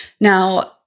Now